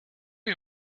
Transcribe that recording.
you